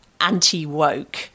anti-woke